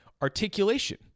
articulation